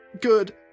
good